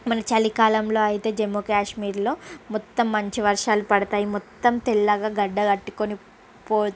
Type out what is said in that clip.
మనకు చలి కాలంలో అయితే జమ్మూ కాశ్మీరులో మొత్తం మంచి వర్షాలు పడతాయి మొత్తం తెల్లగా గడ్డ కట్టుకొని పో